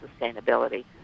sustainability